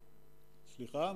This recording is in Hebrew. סליחה,